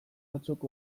batzuk